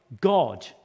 God